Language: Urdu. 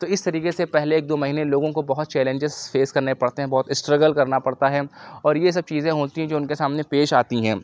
تو اِس طریقے سے پہلے ایک دو مہینے لوگوں کو بہت چلینجز فیس کرنے پڑتے ہیں بہت اسٹریگل کرنا پڑتا ہے اور یہ سب چیزیں ہوتی ہیں جو اُن کے سامنے پیش آتی ہیں